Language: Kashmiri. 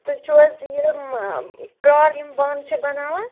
تُہۍ چھِو حظ یم کرٛال یِم بانہٕ چھِ بَناوان